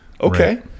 okay